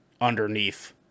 underneath